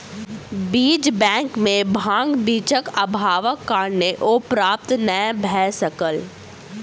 बीज बैंक में भांग बीजक अभावक कारणेँ ओ प्राप्त नै भअ सकल